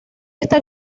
esta